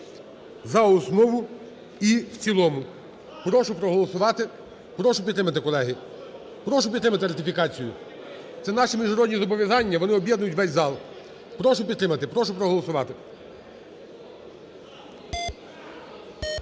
за основу і в цілому. Прошу проголосувати, прошу підтримати, колеги. Прошу підтримати ратифікацію, це наші міжнародні зобов'язання, вони об'єднують увесь зал. Прошу підтримати, прошу проголосувати.